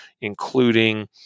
including